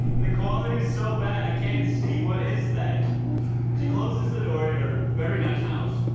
the quality is so bad. i can't see what is that closes it order very nice house